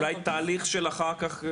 אולי תהליך של אחר כך,